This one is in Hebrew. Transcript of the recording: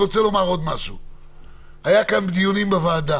היו דיונים בוועדה